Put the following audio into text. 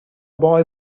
boy